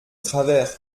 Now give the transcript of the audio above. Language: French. travers